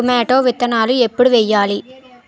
Tomato విత్తనాలు ఎప్పుడు వెయ్యాలి?